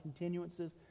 continuances